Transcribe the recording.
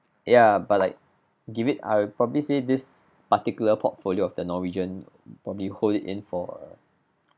ya but like give it I'll probably say this particular portfolio of the norwegian probably hold it in for a